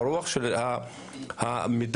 צריך כותב תוכן שיידע לכתוב